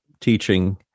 teaching